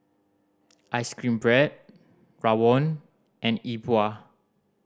ice cream bread rawon and E Bua